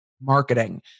marketing